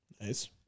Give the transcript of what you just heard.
Nice